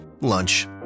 lunch